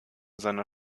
seiner